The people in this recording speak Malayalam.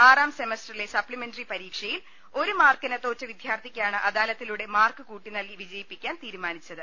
ആറാം സെമസ്റ്ററിലെ സപ്ലി മെന്ററി പരീക്ഷയിൽ ഒരു മാർക്കിന് തോറ്റ വിദ്യാർത്ഥി യ്ക്കാണ് അദാലത്തിലൂടെ മാർക്ക് കൂട്ടി നൽകി വിജയിപ്പി ക്കാൻ തീരുമാനിച്ചത്